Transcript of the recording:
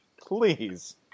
Please